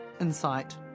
insight